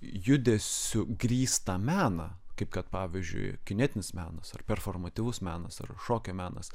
judesiu grįstą meną kaip kad pavyzdžiui kinetinis menas ar performatyvus menas ar šokio menas